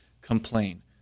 complain